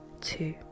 two